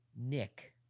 Nick